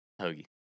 Hoagie